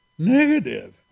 negative